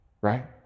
right